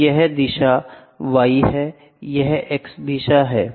तो यह y दिशा है यह x दिशा है